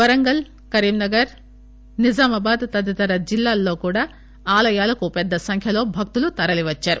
వరంగల్ కరీంనగర్ నిజామాబాద్ తదితర జిల్లాలలో కూడా ఆలయాలకు పెద్ద సంఖ్యలో భక్తులు తరలీవచ్చారు